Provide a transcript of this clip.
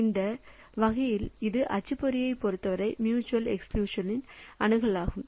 அந்த வகையில் இது அச்சுப்பொறியைப் பொருத்தவரை மியூச்சுவல் எக்ஸ்கிளுசிவ் அணுகலாகும்